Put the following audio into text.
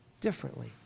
differently